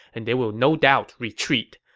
and they will no doubt retreat.